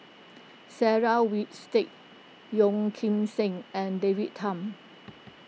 Sarah Winstedt Yeo Kim Seng and David Tham